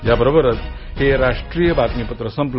याबरोबरच हे राष्ट्रीय बातमीपत्र संपलं